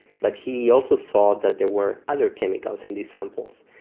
but he also saw that there were other chemicals in these samples.